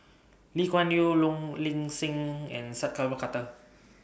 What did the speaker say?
Lee Kuan Yew Low Ling Sing and Sat Pal Khattar